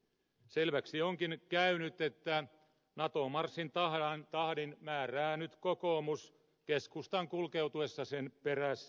selväksi onkin käynyt että nato marssin tahdin määrää nyt kokoomus keskustan kulkeutuessa sen perässä